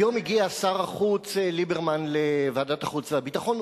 היום הגיע שר החוץ ליברמן לוועדת החוץ והביטחון,